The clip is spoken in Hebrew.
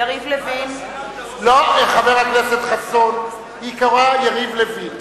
(קוראת בשמות חברי הכנסת) יריב לוין,